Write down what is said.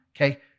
Okay